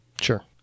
Sure